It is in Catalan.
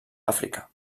àfrica